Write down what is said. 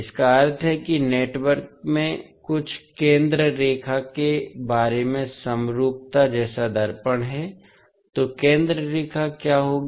इसका अर्थ है कि नेटवर्क में कुछ केंद्र रेखा के बारे में समरूपता जैसा दर्पण है तो केंद्र रेखा क्या होगी